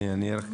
רק